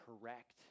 correct